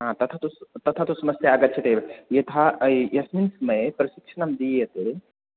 तथा तु तथा तु समस्या आगच्छत्येव यथा ऐ यस्मिन् समये प्रशिक्षणं दीयते